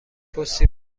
پستی